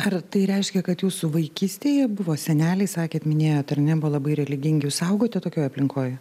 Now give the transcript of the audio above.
ar tai reiškia kad jūsų vaikystėje buvo seneliai sakėt minėjot ar ne buvo labai religingi suaugote tokioj aplinkoj